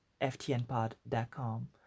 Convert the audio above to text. ftnpod.com